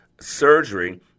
surgery